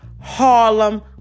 Harlem